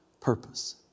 purpose